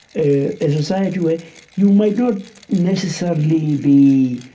a ah society where you might not necessarily be